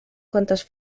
quantes